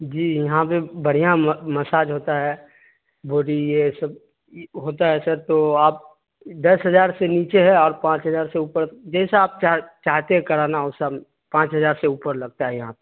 جی یہاں پہ بڑھیاں مساج ہوتا ہے بوڈی یہ سب ہوتا ہے سر تو آپ دس ہزار سے نیچے ہے اور پانچ ہزار سے اوپر جیسا آپ چاہ چاہتے ہیں کرانا وہ سب پانچ ہزار سے اوپر لگتا ہے یہاں